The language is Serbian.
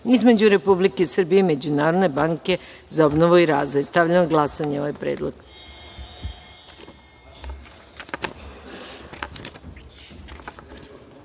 između Republike Srbije i Međunarodne banke za obnovu i razvoj. Stavljam na glasanje ovaj